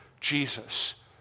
Jesus